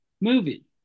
movie